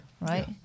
right